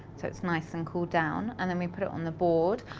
so it's nice and cooled down. and then we put it on the board.